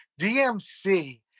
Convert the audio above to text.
DMC